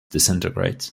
disintegrate